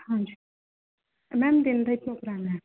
ਹਾਂਜੀ ਮੈਮ ਦਿਨ ਦਾ ਹੀ ਪ੍ਰੋਗਰਾਮ ਹੈ